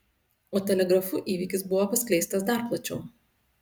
o telegrafu įvykis buvo paskleistas dar plačiau